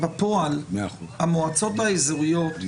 בפועל המועצות האזוריות,